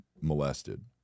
molested